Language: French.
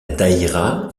daïra